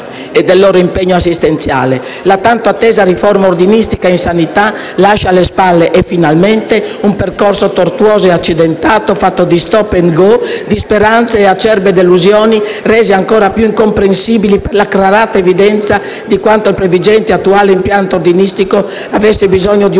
La tanto attesa riforma ordinistica in sanità lascia alle spalle, e finalmente, un percorso tortuoso e accidentato fatto di "*stop and go*", di speranze e acerbe delusioni rese ancora più incomprensibili per l'acclarata evidenza di quanto il previgente e attuale impianto ordinistico avesse bisogno di un'ampia